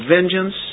vengeance